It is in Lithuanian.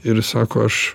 ir sako aš